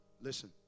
listen